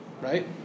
right